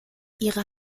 ihre